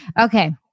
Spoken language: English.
Okay